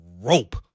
rope